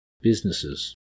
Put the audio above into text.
Businesses